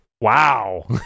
wow